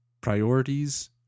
priorities